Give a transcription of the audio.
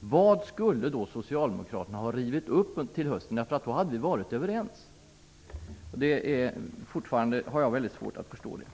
vad skulle då Socialdemokraterna ha att riva upp till hösten? I så fall vore vi ju överens. Jag har fortfarande mycket svårt att förstå detta.